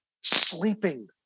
sleeping